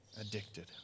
addicted